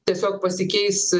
tiesiog pasikeis